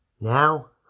Now